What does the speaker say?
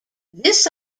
this